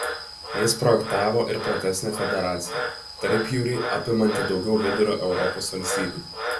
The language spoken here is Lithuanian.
jis projektavo ir platesnę federaciją tarpjūrį apimantį daugiau vidurio europos valstybių